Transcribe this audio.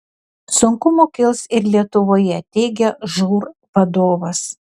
sunkumų kils ir lietuvoje teigia žūr vadovas